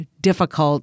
difficult